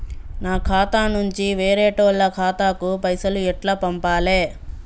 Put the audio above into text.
నా ఖాతా నుంచి వేరేటోళ్ల ఖాతాకు పైసలు ఎట్ల పంపాలే?